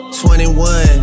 21